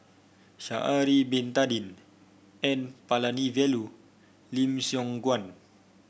Sha'ari Bin Tadin N Palanivelu Lim Siong Guan